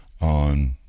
on